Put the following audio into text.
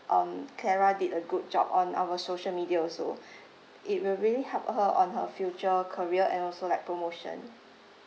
um clara did a good job on our social media also it will really help her on her future career and also like promotion